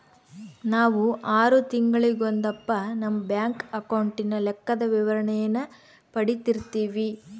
ನಾವು ಆರು ತಿಂಗಳಿಗೊಂದಪ್ಪ ನಮ್ಮ ಬ್ಯಾಂಕ್ ಅಕೌಂಟಿನ ಲೆಕ್ಕದ ವಿವರಣೇನ ಪಡೀತಿರ್ತೀವಿ